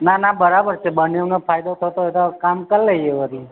ના ના બરાબર છે બંનેવ નો ફાયદો થતો હોય તો કામ કર લઈએ બધું